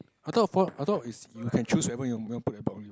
I thought I poi~ I thought is you can choose whenever you want put your block leave